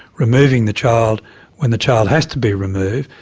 removing the child when the child has to be removed,